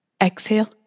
Exhale